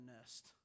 nest